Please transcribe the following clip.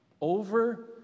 over